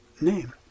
name